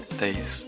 days